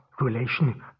relation